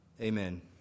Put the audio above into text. Amen